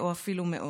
או אפילו מאוד.